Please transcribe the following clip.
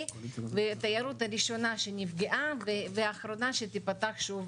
והתיירות הראשונה שנפגעה והאחרונה שתיפתח שוב